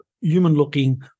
human-looking